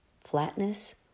flatness